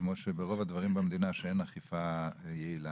כמו ברוב הדברים במדינה שאין אכיפה יעילה,